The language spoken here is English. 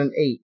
eight